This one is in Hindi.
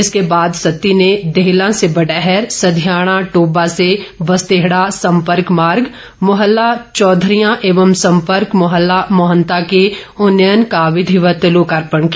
इसके बाद सत्ती ने देहलां से बडैहर सधियाणा टोबा से बसदेहड़ा सम्पर्क मार्ग मुहल्ला चौधरियां एवं सम्पर्क मुहल्ला मोहंता के उन्नयन कार्य का विधिवत लोकार्पण किया